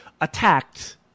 attacked